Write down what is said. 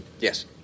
Yes